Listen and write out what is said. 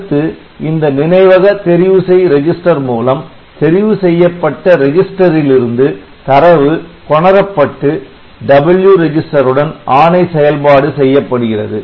அடுத்து இந்த நினைவக தெரிவு செய் ரிஜிஸ்டர் மூலம் தெரிவுசெய்யப்பட்ட ரெஜிஸ்டரிலிருந்து தரவு கொணரப்பட்டு 'W' ரெஜிஸ்டர் உடன் ஆணை செயல்பாடு செய்யப்படுகிறது